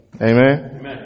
Amen